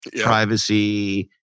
privacy